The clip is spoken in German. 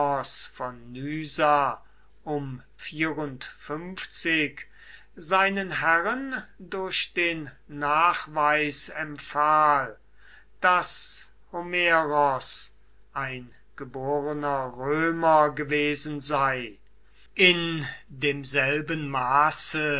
um seinen herren durch den nachweis empfahl daß horneros ein geborener römer gewesen sei in demselben maße